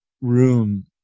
room